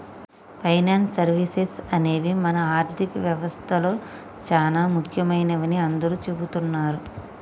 finance services అనేవి మన ఆర్థిక వ్యవస్తలో చానా ముఖ్యమైనవని అందరూ చెబుతున్నరు